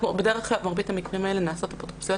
במרבית המקרים האלה נעשות אפוטרופסויות